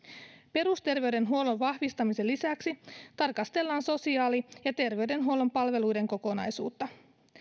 perusterveydenhuollon vahvistamisen lisäksi tarkastellaan sosiaali ja terveydenhuollon palveluiden kokonaisuutta